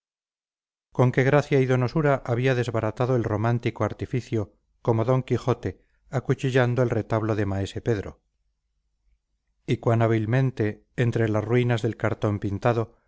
con qué gracia y donosura había desbaratado el romántico artificio como don quijote acuchillando el retablo de maese pedro y cuán hábilmente entre las ruinas del cartón pintado